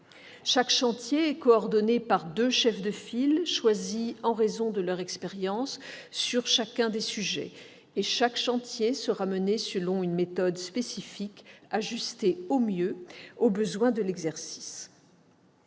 Chaque chantier est coordonné par deux chefs de file choisis pour leur expérience sur chacun des sujets. Chaque chantier sera mené selon une méthode spécifique, ajustée au mieux aux besoins de l'exercice.